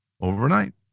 Overnight